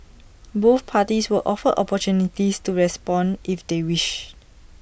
both parties were offered opportunities to respond if they wished